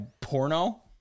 porno